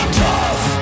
tough